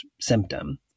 symptom